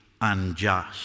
unjust